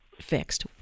fixed